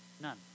None